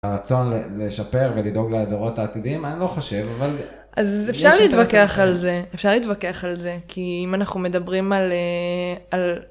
הרצון לשפר ולדאוג לדורות העתידיים, אני לא חושב, אבל... -אז אפשר להתווכח על זה, אפשר להתווכח על זה. כי אם אנחנו מדברים על... על